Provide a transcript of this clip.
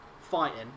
fighting